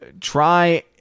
try